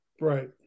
Right